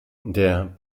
der